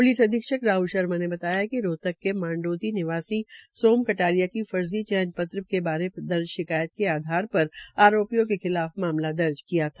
police अधीक्षक राहल शर्मा ने बताया कि रोहतक के माड़ोघी निवासी सोम कटारिया की फर्जी चयन पत्र के बारे दर्ज शिकायत के आधार पर आरोपियों के खिलाफ किया था